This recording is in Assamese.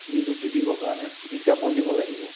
নিযুক্তি দিবৰ কাৰণে বিজ্ঞাপন দিব লাগিব